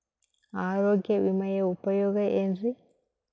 ಆರೋಗ್ಯ ವಿಮೆಯ ಉಪಯೋಗ ಏನ್ರೀ?